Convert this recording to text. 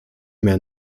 mehr